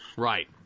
Right